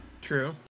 True